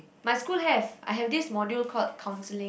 my school have I have this module called counselling